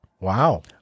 Wow